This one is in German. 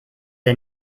der